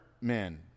men